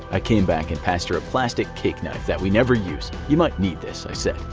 i came back and passed her a plastic cake knife that we never use. you might need this, i said,